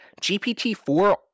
GPT-4